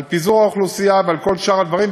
על פיזור האוכלוסייה ועל כל שאר הדברים,